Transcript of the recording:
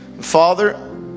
father